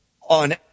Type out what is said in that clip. on